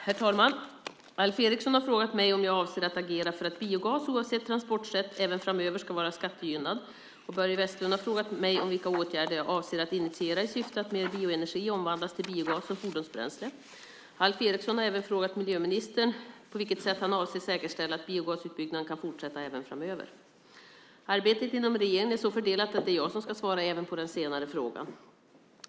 Herr talman! Alf Eriksson har frågat mig om jag avser att agera för att biogas, oavsett transportsätt, även framöver ska vara skattegynnad, och Börje Vestlund har frågat mig vilka åtgärder jag avser att initiera i syfte att mer bioenergi omvandlas till biogas som fordonsbränsle. Alf Eriksson har även frågat miljöministern på vilket sätt han avser att säkerställa att biogasutbyggnaden kan fortsätta även framöver. Arbetet inom regeringen är så fördelat att det är jag som ska svara även på den senare frågan.